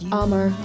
armor